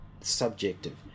subjective